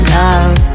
love